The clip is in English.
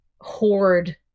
hoard